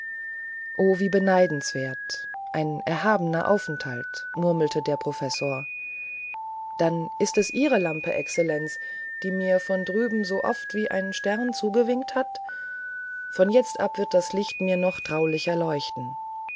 o wie beneidenswert ein erhabener aufenthalt murmelte der professor dann ist es ihre lampe exzellenz die mir von drüben so oft wie ein stern zugewinkt hat von jetzt ab wird das licht mir noch traulicher leuchten